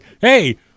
hey